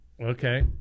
Okay